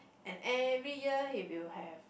and every year he will have